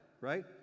right